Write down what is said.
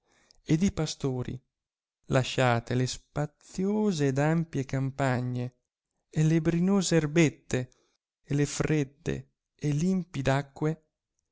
ed i pastori lasciate le spaziose ed ampie campagne e le brinose erbette e le fredde e limpid